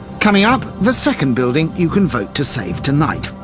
coming up the second building you can vote to save tonight,